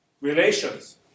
relations